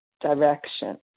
direction